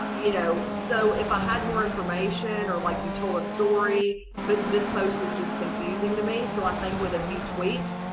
you know so if i had more information or like you told a story but this post is just confusing to me, so i think with a few tweaks.